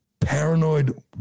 paranoid